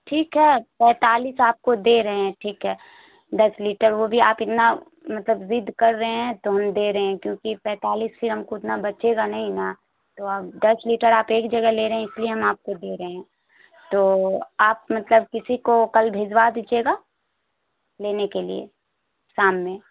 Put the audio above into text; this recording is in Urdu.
ٹھیک ہے پینتالیس آپ کو دے رہے ہیں ٹھیک ہے دس لیٹر وہ بھی آپ اتنا مطلب ضد کر رہے ہیں تو ہم دے رہے ہیں کیوںکہ پینتالیس سے ہم کو اتنا بچے گا نہیں نا تو آپ دس لیٹر آپ ایک جگہ لے رہے ہیں اس لیے ہم آپ کو دے رہے ہیں تو آپ مطلب کسی کو کل بھجوا دیجیے گا لینے کے لیے شام میں